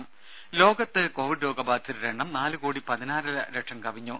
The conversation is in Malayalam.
ദേദ ലോകത്ത് കോവിഡ് രോഗബാധിതരുടെ എണ്ണം നാലുകോടി പതിനാലര ലക്ഷം കവിഞ്ഞു